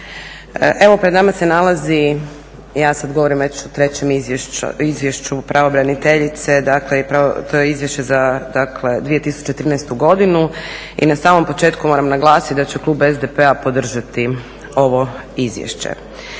Evo pred nama se nalazi i ja sada govorim, reći ću o trećem izvješću pravobraniteljice dakle i to je izvješće za dakle 2013. godinu. I na samom početku moram naglasiti da će klub SDP-a podržati ovo izvješće.